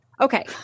Okay